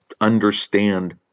understand